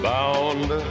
Bound